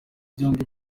byombi